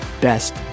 best